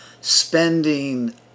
spending